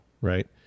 Right